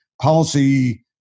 policy